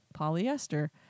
polyester